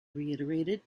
reiterated